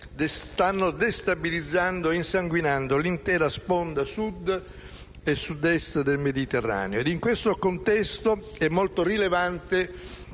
stanno destabilizzando e insanguinando l'intera sponda Sud e Sud-Est del Mediterraneo.